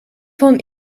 van